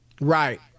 right